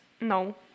no